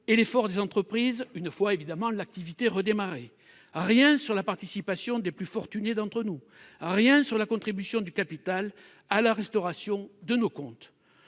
et l'effort des entreprises, une fois l'activité redémarrée, rien sur la participation des plus fortunés d'entre nous, rien sur la contribution du capital à la restauration de nos comptes.